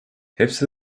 hepsi